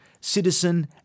citizen